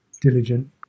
diligent